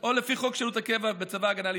או לפי חוק שירות הקבע בצבא ההגנה לישראל.